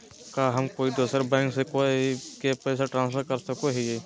का हम कोई दूसर बैंक से कोई के पैसे ट्रांसफर कर सको हियै?